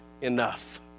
enough